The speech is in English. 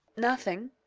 nothing.